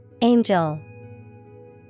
Angel